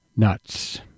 Nuts